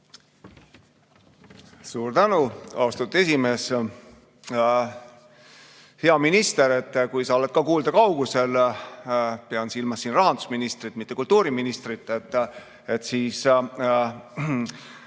Suur tänu, austatud esimees! Hea minister, kui sa oled kuuldekaugusel – pean silmas rahandusministrit, mitte kultuuriministrit –, siis